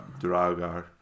dragar